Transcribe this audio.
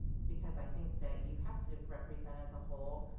because i think that you have to represent as a whole,